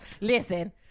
Listen